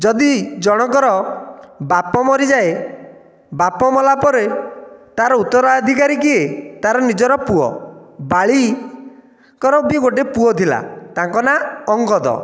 ଯଦି ଜଣଙ୍କର ବାପ ମରିଯାଏ ବାପ ମଲା ପରେ ତାର ଉତ୍ତରାଧିକାରୀ କିଏ ତାର ନିଜର ପୁଅ ବାଳୀଙ୍କର ବି ଗୋଟିଏ ପୁଅ ଥିଲା ତାଙ୍କ ନାଁ ଅଙ୍ଗଦ